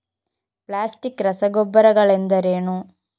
Plastic ರಸಗೊಬ್ಬರಗಳೆಂದರೇನು?